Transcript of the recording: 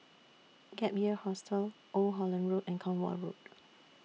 Gap Year Hostel Old Holland Road and Cornwall Road